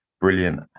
Brilliant